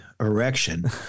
erection